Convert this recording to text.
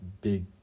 Big